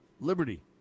liberty